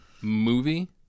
Movie